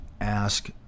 ask